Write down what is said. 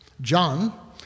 John